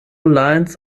lines